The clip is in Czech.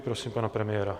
Prosím pana premiéra.